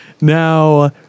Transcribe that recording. Now